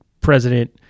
president